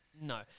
No